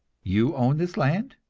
you own this land?